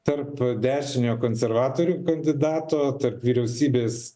tarp dešiniojo konservatorių kandidato tarp vyriausybės